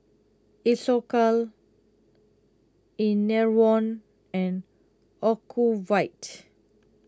Isocal Enervon and Ocuvite